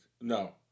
No